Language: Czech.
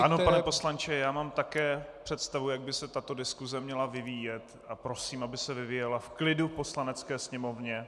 Ano, pane poslanče, já mám také představu, jak by se tato diskuse měla vyvíjet, a prosím, aby se vyvíjela v klidu v Poslanecké sněmovně.